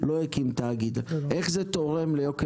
הנקודה השנייה שאני רוצה לשים על השולחן הזה,